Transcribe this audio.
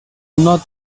not